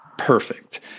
Perfect